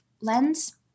lens